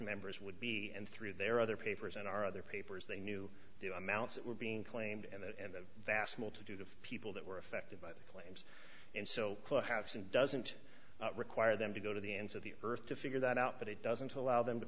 members would be and through their other papers and our other papers they knew the amounts that were being claimed and that and the vast multitude of people that were affected by that and so clubhouse and doesn't require them to go to the ends of the earth to figure that out but it doesn't allow them to